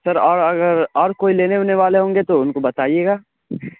سر اور اگر اور کوئی لینے اونے والے ہوں گے تو ان کو بتائیے گا